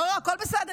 לא, לא, הכול בסדר.